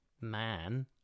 man